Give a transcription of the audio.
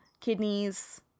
kidneys